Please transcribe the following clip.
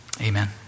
Amen